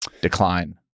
decline